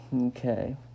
Okay